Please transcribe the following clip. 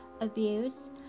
abuse